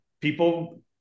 people